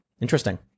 Interesting